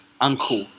uncle